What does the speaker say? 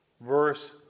Verse